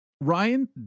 Ryan